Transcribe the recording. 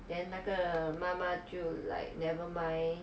then 那个妈妈就 like never mind